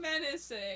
menacing